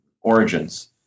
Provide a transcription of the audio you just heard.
origins